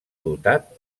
dotat